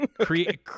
Create